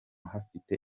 hafite